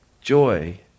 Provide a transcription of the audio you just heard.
joy